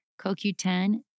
CoQ10